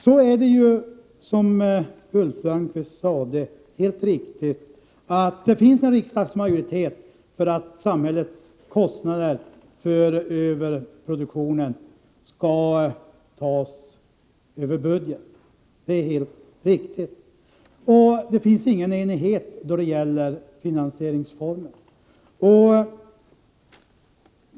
Som Ulf Lönnqvist mycket riktigt säger finns det en riksdagsmajoritet för att samhällets kostnader för överproduktionen skall tas över budgeten. Men det finns ingen enighet då det gäller finansieringsformen.